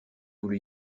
voulu